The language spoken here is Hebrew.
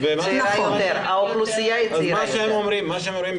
אז מה שהם אומרים,